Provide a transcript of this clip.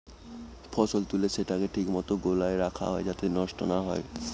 ফসল তুলে সেটাকে ঠিক মতো গোলায় রাখা হয় যাতে সেটা নষ্ট না হয়